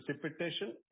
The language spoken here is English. precipitation